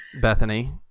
Bethany